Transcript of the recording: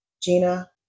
Gina